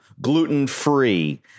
gluten-free